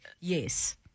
Yes